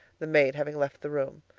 the maid having left the room.